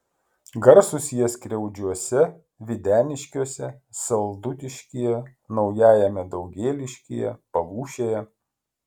garsūs jie skriaudžiuose videniškiuose saldutiškyje naujajame daugėliškyje palūšėje